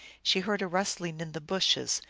she heard a rustling in the bushes,